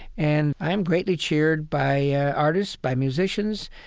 and i'm greatly cheered by artists, by musicians,